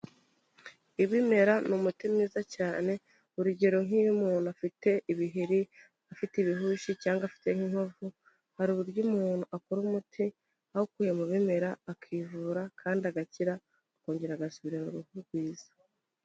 Ibimera ni umuti mwiza cyane urugero nk'iyo umuntu afite ibiheri, afite ibihushi cyangwa afite nk'inkovu hari uburyo umuntu akora umuti awukuye mu bimera akivura kandi agakira akongera agasubirana ruhu rwiza.